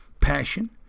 passion